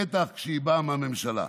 בטח כשהיא באה מהממשלה.